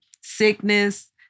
sickness